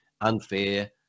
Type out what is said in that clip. unfair